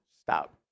stop